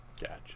Gotcha